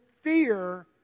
fear